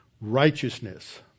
Righteousness